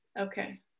Okay